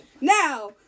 Now